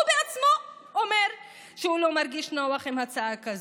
הוא עצמו אומר שהוא לא מרגיש נוח עם הצעה כזאת.